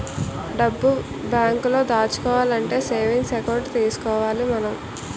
డబ్బు బేంకులో దాచుకోవాలంటే సేవింగ్స్ ఎకౌంట్ తీసుకోవాలి మనం